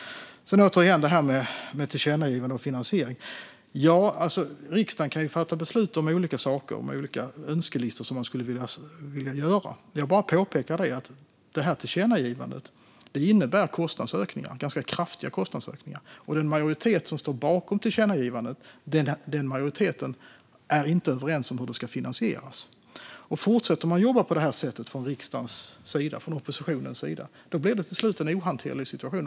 Sedan återigen till detta med tillkännagivanden och finansiering. Riksdagen kan ju fatta beslut om olika önskelistor över saker man skulle vilja göra. Jag bara påpekar att detta tillkännagivande innebär ganska kraftiga kostnadsökningar, och den majoritet som står bakom tillkännagivandet är inte överens om hur det ska finansieras. Fortsätter man att jobba på detta sätt från oppositionens sida blir det till slut en ohanterlig situation.